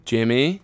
Jimmy